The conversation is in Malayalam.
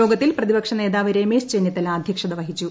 യോഗത്തിൽ പ്രതിപക്ഷ നേതാവ് രമേശ് ചെന്നിത്തല അധ്യക്ഷത വഹിച്ചു